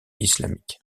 islamique